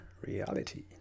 reality